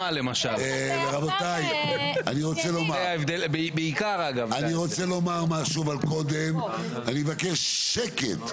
רבותי אני רוצה לומר משהו, אבל קודם אני מבקש שקט.